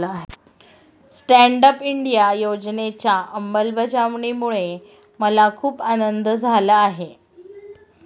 stand up India योजनेच्या अंमलबजावणीमुळे मला खूप आनंद झाला आहे